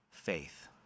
faith